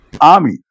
army